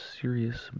serious